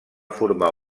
formar